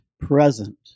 present